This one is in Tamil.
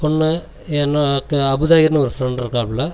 ஒன்று எனக்கு அபுதாயர் ஒரு ஃப்ரெண்ட்டு இருக்காப்புள்ள